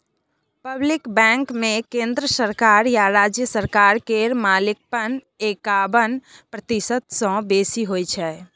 public बैंकमे केंद्र सरकार या राज्य सरकार केर मालिकपन एकाबन प्रतिशत सँ बेसी होइ छै